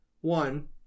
one